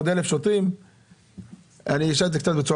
עוד 1,000 שוטרים - אני אשאל את זה בצורה